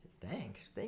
Thanks